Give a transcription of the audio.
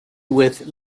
with